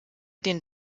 den